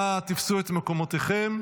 אנא תפסו את מקומותיכם.